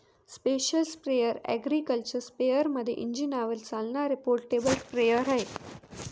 special sprayer agriculture स्पेअरमध्ये इंजिनावर चालणारे पोर्टेबल स्प्रेअर आहे